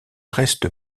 reste